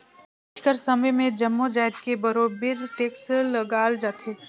आएज कर समे में जम्मो जाएत में बरोबेर टेक्स लगाल जाथे